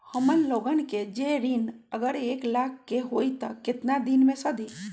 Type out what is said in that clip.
हमन लोगन के जे ऋन अगर एक लाख के होई त केतना दिन मे सधी?